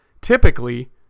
typically